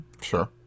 Sure